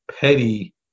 petty